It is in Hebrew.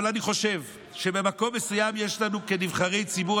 אבל אני חושב שבמקום מסוים יש לנו כנבחרי ציבור